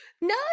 No